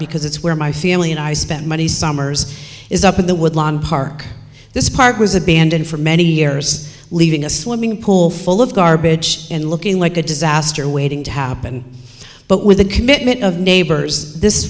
because it's where my family and i spent many summers is up in the woodland park this park was abandoned for many years leaving a swimming pool full of garbage and looking like a disaster waiting to happen but with the commitment of neighbors this